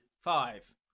five